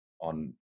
on